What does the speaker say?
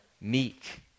meek